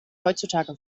heutzutage